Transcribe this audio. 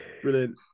Brilliant